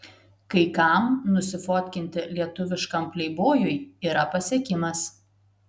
kai kam nusifotkinti lietuviškam pleibojui yra pasiekimas